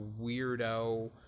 weirdo